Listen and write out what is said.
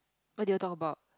what do you talk about